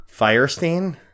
Firestein